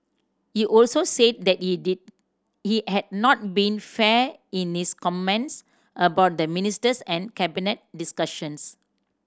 he also said that he did he had not been fair in his comments about the ministers and Cabinet discussions